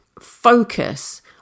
focus